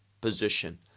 position